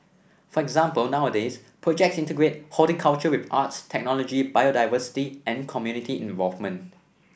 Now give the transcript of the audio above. for example nowadays projects integrate horticulture with arts technology biodiversity and community involvement